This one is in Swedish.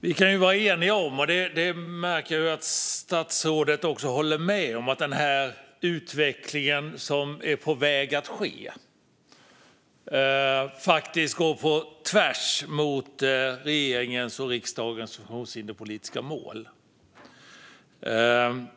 Vi kan vara eniga, för jag märker ju att statsrådet håller med, om att den utveckling som är på väg att ske faktiskt går på tvärs mot regeringens och riksdagens funktionshinderspolitiska mål.